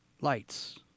lights